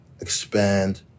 expand